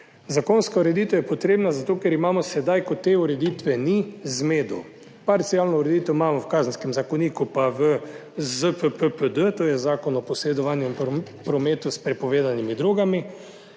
Zakonska ureditev je potrebna zato, ker imamo sedaj, ko te ureditve ni, zmedo. Parcialno ureditev imamo v Kazenskem zakoniku pa v ZPPPD, to je Zakon o posredovanju in prometu s prepovedanimi drogami,